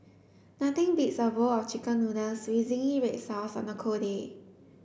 nothing beats a bowl of chicken noodles with zingy red sauce on a cold day